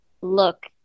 look